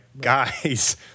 guys